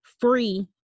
free